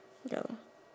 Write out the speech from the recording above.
no